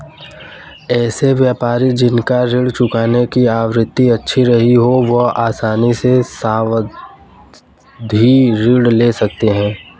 ऐसे व्यापारी जिन का ऋण चुकाने की आवृत्ति अच्छी रही हो वह आसानी से सावधि ऋण ले सकते हैं